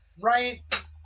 right